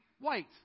white